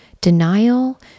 Denial